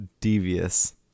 devious